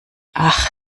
ach